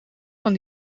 van